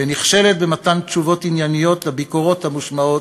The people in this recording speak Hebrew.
ונכשלת במתן תשובות ענייניות על הביקורות המושמעות,